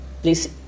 please